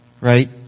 right